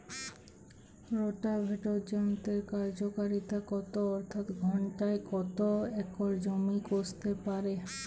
Rotavator যন্ত্রের কার্যকারিতা কত অর্থাৎ ঘণ্টায় কত একর জমি কষতে পারে?